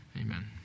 Amen